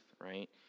right